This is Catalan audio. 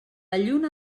lluna